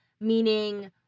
meaning